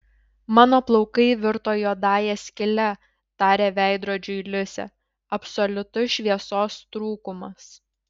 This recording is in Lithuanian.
mano plaukai virto juodąja skyle tarė veidrodžiui liusė absoliutus šviesos trūkumas